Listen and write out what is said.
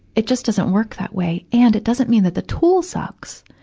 it just doesn't work that way, and it doesn't mean that the tool sucks.